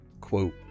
quote